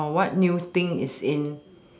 or what new thing is in